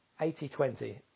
80-20